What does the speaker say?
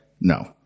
No